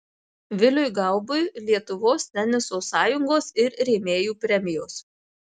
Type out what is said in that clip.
viliui gaubui lietuvos teniso sąjungos ir rėmėjų premijos